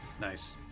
Nice